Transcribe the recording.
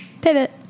pivot